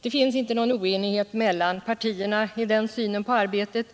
Det finns inte någon oenighet mellan partierna i den synen på arbetet.